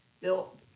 built